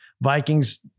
Vikings